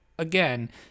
Again